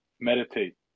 Meditate